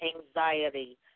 anxiety